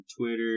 Twitter